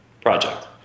project